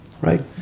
Right